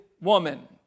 woman